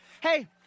Hey